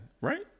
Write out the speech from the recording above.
right